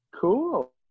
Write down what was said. cool